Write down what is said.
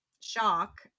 Shock